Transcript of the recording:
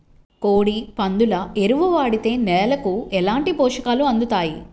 కోడి, పందుల ఎరువు వాడితే నేలకు ఎలాంటి పోషకాలు అందుతాయి